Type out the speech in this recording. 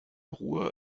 ruhr